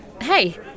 Hey